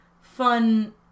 fun